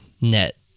net